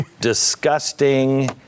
disgusting